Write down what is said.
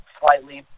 slightly